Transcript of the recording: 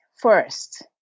first